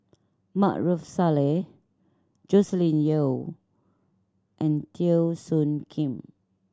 Maarof Salleh Joscelin Yeo and Teo Soon Kim